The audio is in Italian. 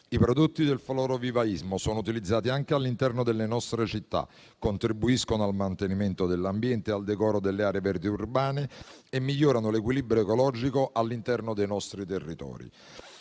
I prodotti del florovivaismo sono utilizzati anche all'interno delle nostre città, contribuiscono al mantenimento dell'ambiente e al decoro delle aree verdi urbane e migliorano l'equilibrio ecologico all'interno dei nostri territori.